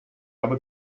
aber